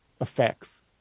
effects